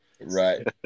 Right